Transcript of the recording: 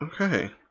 Okay